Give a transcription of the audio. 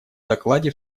докладе